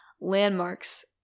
landmarks